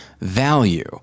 value